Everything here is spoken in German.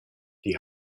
die